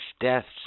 deaths